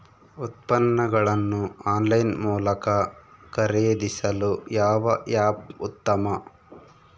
ಉತ್ಪನ್ನಗಳನ್ನು ಆನ್ಲೈನ್ ಮೂಲಕ ಖರೇದಿಸಲು ಯಾವ ಆ್ಯಪ್ ಉತ್ತಮ?